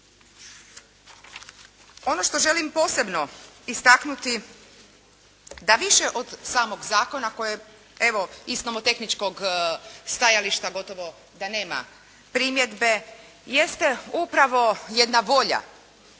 Ono što želim posebno istaknuti da više od samog zakona koje evo i s nomotehničkog stajališta gotovo da nema primjedbe jeste upravo jedna volja